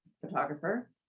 photographer